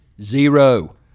Zero